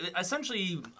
essentially